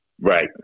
Right